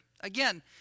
Again